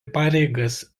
pareigas